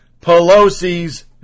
Pelosi's